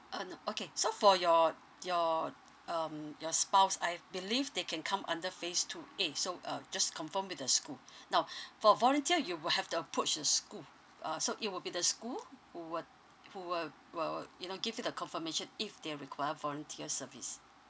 uh no okay so for your your um your spouse I believe they can come under phase two A so uh just confirm with the school now for volunteer you will have to approach the school uh so it will be the school who will who will will you know give you the confirmation if they require volunteer service